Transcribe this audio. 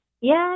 Yes